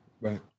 Right